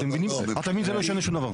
אתם מבינים שזה לא ישנה שום דבר.